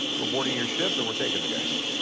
we're boarding your ship, and we're taking the guys.